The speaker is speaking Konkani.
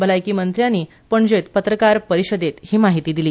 भलायकी मंत्र्यांनी पणजेंत पत्रकार परिशदेंत ही माहिती दिली